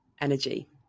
energy